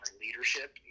leadership